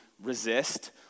resist